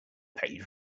paid